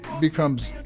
becomes